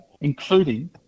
including